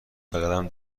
بقدم